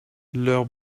leurs